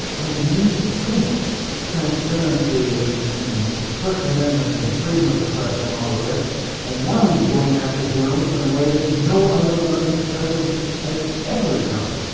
i mean he used to preach transparency and first amendment and freedom of the press and all the rest and now he is going after journalists in a way that no other american president has ever done.